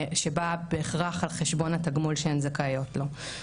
שבאה בהכרח על חשבון התגמול שהן זכאיות לו.